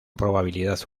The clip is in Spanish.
probabilidad